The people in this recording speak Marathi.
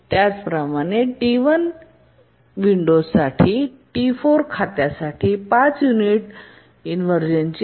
त्याचप्रमाणे T1 विंडीज T4 खात्यासाठी 5 युनिट उलटण्याची आहे